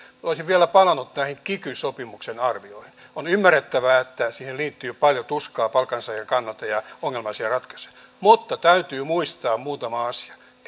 olisin vielä palannut näihin kiky sopimuksen arvioihin on ymmärrettävää että siihen liittyy paljon tuskaa palkansaajien kannalta ja ongelmallisia ratkaisuja mutta täytyy muistaa muutama asia